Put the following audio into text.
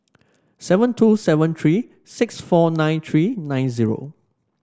seven two seven three six four nine three nine zero